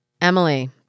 Emily